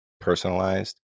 personalized